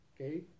okay